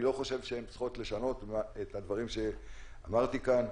אני לא חושב שהן צריכות לשנות את הדברים שאמרתי כאן.